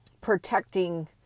protecting